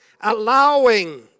Allowing